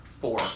Four